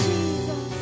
Jesus